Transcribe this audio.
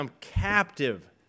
captive